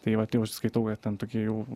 tai vat jau aš skaitau kad ten tokie jau